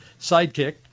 sidekick